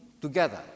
together